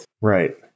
Right